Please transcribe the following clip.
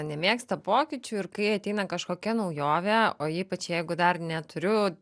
nemėgsta pokyčių ir kai ateina kažkokia naujovė o ypač jeigu dar neturiu